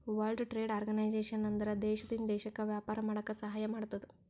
world trade organisation ಅಂದುರ್ ದೇಶದಿಂದ್ ದೇಶಕ್ಕ ವ್ಯಾಪಾರ ಮಾಡಾಕ ಸಹಾಯ ಮಾಡ್ತುದ್